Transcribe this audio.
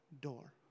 door